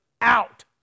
out